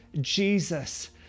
Jesus